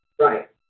right